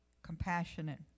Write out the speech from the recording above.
compassionate